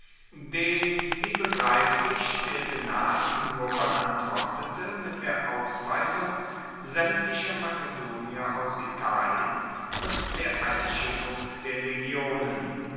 den wie begreiflich der senat nur beantwortete mit der ausweisung saemtlicher makedonier aus italien und der einschiffung der legionen